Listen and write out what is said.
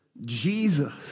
Jesus